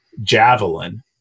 javelin